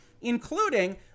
including